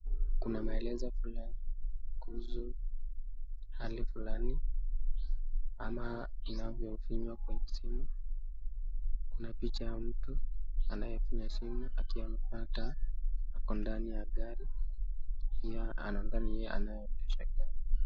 Kuna maelezo fulani kuhusu hali fulani ama inavyofinywa kwenye simu. Kuna picha ya mtu anayefinya simu akiwa amevaa tai, ako ndani ya gari. Pia nadhani yeye anaendesha gari.